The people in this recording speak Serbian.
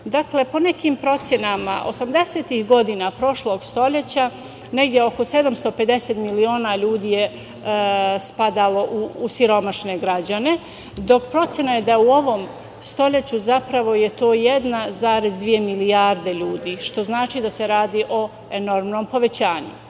gladni. Dakle, po nekim procenama osamdesetih godina prošlog stoleća, negde oko 750 miliona ljudi je spadalo u siromašne građane, dok je procena da u ovom stoleću zapravo je to 1,2 milijarde ljudi. Što znači da se radi o enormnom povećanju.